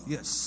Yes